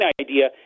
idea